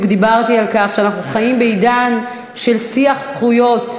בדיוק דיברתי על כך שאנחנו חיים בעידן של שיח זכויות,